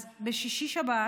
אז בשישי-שבת,